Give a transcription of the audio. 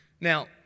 Now